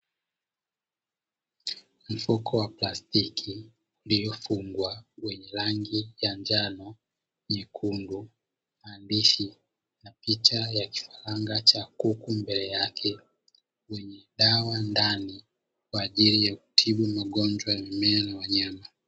Mfuko wa plastiki iliyofungwa wenye rangi ya njano, nyekundu, maandishi na picha ya kifaranga cha kuku mbele yake yenye dawa ndani, kwa ajili ya kutibu magonjwa ya mimea na wanyama.